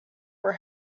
were